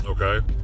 Okay